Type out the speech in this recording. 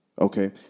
okay